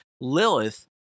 Lilith